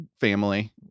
family